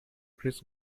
chris